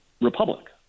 republic